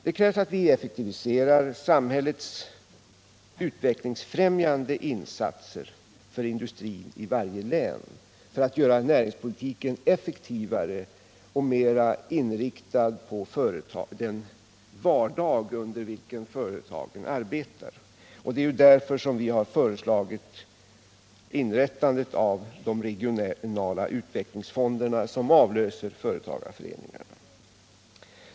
Det krävs att vi effektiviserar samhällets utvecklingsfrämjande insatser för industrin i varje län, för att göra näringspolitiken effektivare och mera inriktad på den vardag i vilken företagen arbetar. Det är därför som vi har föreslagit inrättandet av de regionala utvecklingsfonderna, som skall avlösa företagarföreningarna.